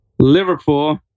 Liverpool